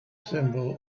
symbol